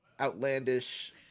outlandish